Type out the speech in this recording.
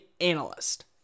analyst